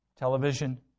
Television